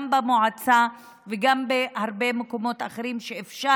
גם במועצה וגם בהרבה מקומות אחרים שבהם אפשר